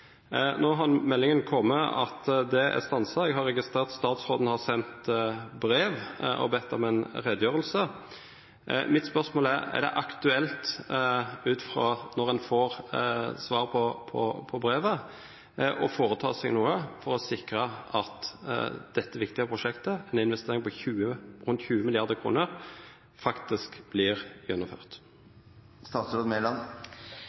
Nå har det kommet melding om at det er stanset. Jeg har registrert at statsråden har sendt brev og bedt om en redegjørelse. Mitt spørsmål er: Er det aktuelt, ut fra når en får svar på brevet, å foreta seg noe for å sikre at dette viktige prosjektet, en investering på rundt 20 mrd. kr, faktisk blir gjennomført?